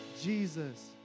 Jesus